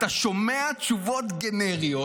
אתה שומע תשובות גנריות,